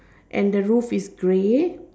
and the roof is grey